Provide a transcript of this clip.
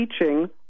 teaching